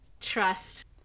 trust